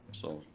so,